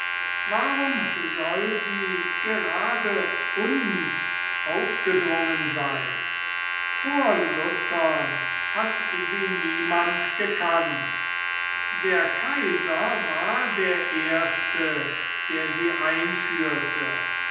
warum soll sie gerade uns aufgedrungen sein vor luthern hat sie niemand gekannt der kaiser war der erstem der sie einführte